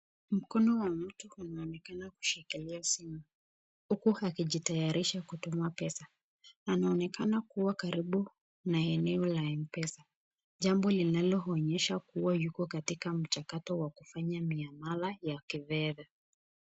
Mkono wa mtu unaonekana kushikilia simu, huku akijitayarisha kutuma pesa, anaonekana kuwa karibu na eneo ka mpesa, jambo linaloonyesha yuko katika mchakato ya kufanya miamala ya kifedha.